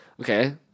Okay